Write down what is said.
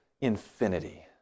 infinity